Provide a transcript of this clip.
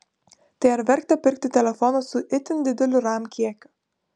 tai ar verta pirkti telefoną su itin dideliu ram kiekiu